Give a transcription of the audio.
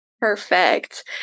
perfect